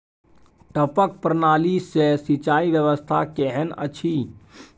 टपक प्रणाली से सिंचाई व्यवस्था केहन अछि?